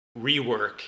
rework